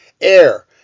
Air